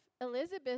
elizabeth